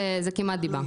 זה כמעט דיבה.